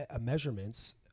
measurements